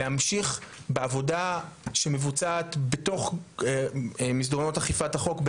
להמשיך בעבודה שמבוצעת בתוך מסדרונות אכיפת החוק,